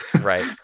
Right